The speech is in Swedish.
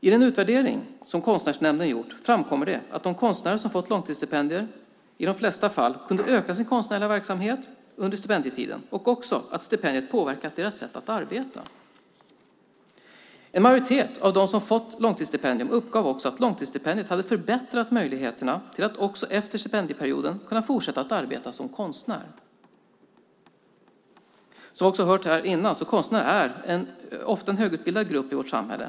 I den utvärdering som Konstnärsnämnden gjort framkommer det att de konstnärer som fått långtidsstipendier i de flesta fall kunde öka sin konstnärliga verksamhet under stipendietiden och att stipendiet påverkat deras sätt att arbeta. En majoritet av dem som fått långtidsstipendium uppgav att långtidsstipendiet hade förbättrat möjligheterna att också efter stipendieperioden fortsätta att arbeta som konstnär. Som vi har hört tillhör konstnärer en högutbildad grupp i vårt samhälle.